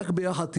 רק ביחד,